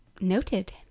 noted